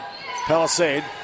Palisade